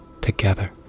together